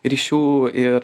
ryšių ir